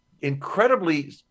incredibly